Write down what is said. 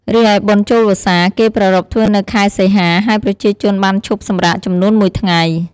រីឯបុណ្យចូលវស្សា គេប្រារព្ធធ្វើនៅខែសីហា ហើយប្រជាជនបានឈប់សម្រាកចំនួនមួយថ្ងៃ ។